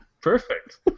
perfect